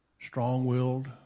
Strong-willed